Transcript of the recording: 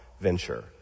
venture